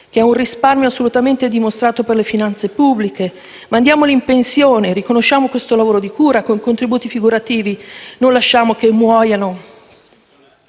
che è un risparmio assolutamente dimostrato per le finanze pubbliche: mandiamoli in pensione, riconosciamo questo lavoro di cura con contributi figurativi, non lasciamo che muoiano,